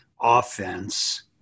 offense